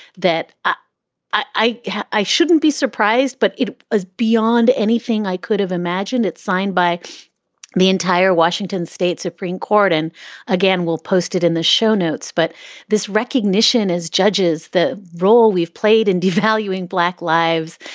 that i. i i shouldn't be surprised, but it was beyond anything i could have imagined. it signed by the entire washington state supreme court and again, will posted in the show notes. but this recognition is judges the role we've played in devaluing black lives.